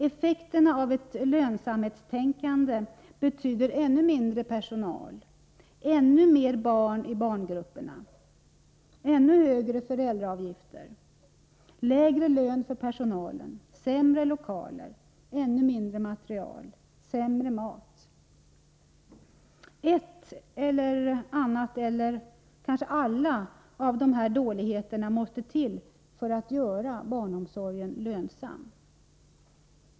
Effekterna av ett lönsamhetstänkande betyder ännu mindre personal, ännu fler barn i barngrupperna, ännu högre föräldraavgifter, lägre lön för personalen, sämre lokaler, ännu mindre material och sämre mat. En eller annan, eller alla, av dessa negativa följder måste till för att göra barnomsorgen lönsam.